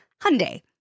Hyundai